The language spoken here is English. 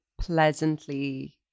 pleasantly